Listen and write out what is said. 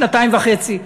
שנתיים וחצי,